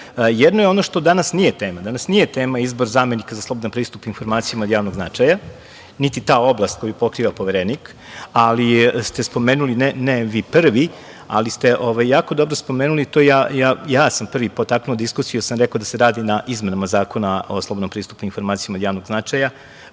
Jedno je ono što danas nije tema. Danas nije tema izbor zamenika za slobodan pristup informacijama od javnog značaja, niti ta oblast koju pokriva Poverenik, ali ste spomenuli, ne vi prvi, ali ste jako dobro spomenuli, ja sam prvi potaknuo diskusiju, jer sam rekao da se radi na izmenama Zakona o slobodnom pristupu o informacijama od javnog značaja